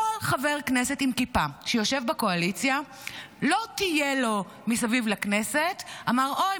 כל חבר כנסת עם כיפה שיושב בקואליציה לא טייל לו מסביב לכנסת ואמר: אוי,